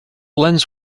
lens